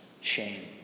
Shame